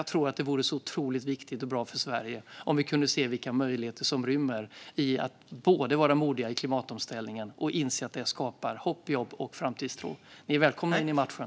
Jag tror att det vore viktigt och bra för Sverige om vi alla kunde se vilka möjligheter som ryms i att både vara modiga i klimatomställningen och inse att det skapar hopp, jobb och framtidstro. Ni är välkomna in i matchen!